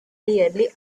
nearly